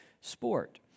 sport